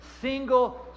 single